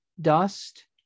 dust